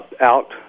out